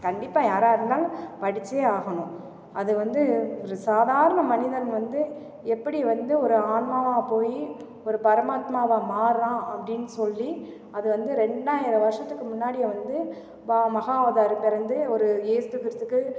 கண்டிப்பாக யாராக இருந்தாலும் படித்தே ஆகணும் அது வந்து ஒரு சாதாரண மனிதன் வந்து எப்படி வந்து ஒரு ஆன்மாவாக போய் ஒரு பரம ஆத்மாவாக மாறுகிறான் அப்படின் சொல்லி அது வந்து ரெண்டாயிரம் வருடத்துக்கு முன்னாடியே வந்து பா மஹா அவதார் பிறந்து ஒரு ஏசு கிறிஸ்த்துக்கு